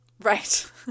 Right